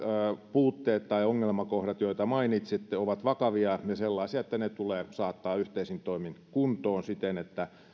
puutteet tai ongelmakohdat joita mainitsitte ovat vakavia ja sellaisia että ne tulee saattaa yhteisin toimin kuntoon siten että